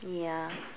ya